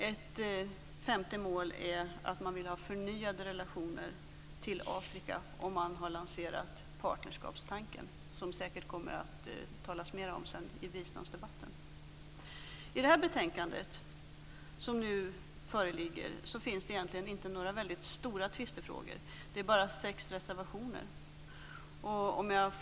Ett femte mål är att man vill ha förnyade relationer till Afrika, och man har lanserat partnerskapstanken. Detta kommer det säkert att talas mer om i biståndsdebatten. I det betänkande som nu föreligger finns det egentligen inte några stora tvistefrågor, och det finns bara sex reservationer i betänkandet.